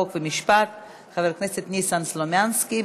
חוק ומשפט חבר הכנסת ניסן סלומינסקי.